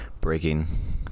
breaking